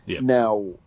Now